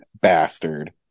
bastard